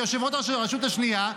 ליושבת-ראש הרשות השנייה,